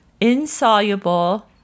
insoluble